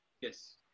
Yes